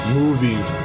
movies